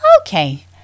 Okay